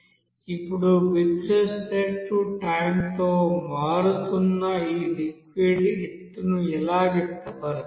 ఇప్పుడు with respect to టైంతో మారుతున్న ఈ లిక్విడ్ ఎత్తును ఎలా వ్యక్తపరచాలి